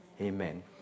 Amen